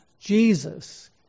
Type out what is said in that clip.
Jesus